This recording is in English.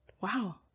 wow